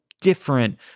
different